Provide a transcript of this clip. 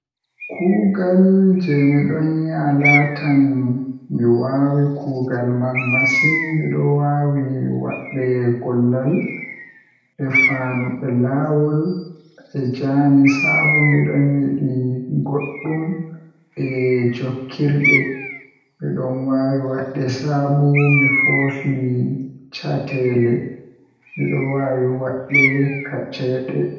Kuugal jei miɗon yi'a laatan mi waawi kuugal man masin Miɗo waawi waɗde gollal e fannuɓe laawol e jamii sabu miɗo yiɗi goɗɗum e jokkondirɗe. Miɗo waawi waɗde sabu mi foti caɗeele, miɗo waawi waɗde caɗeele.